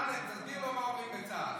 אמסלם, תסביר לו מה אומרים בצה"ל.